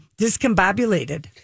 discombobulated